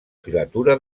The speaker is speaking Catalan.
filatura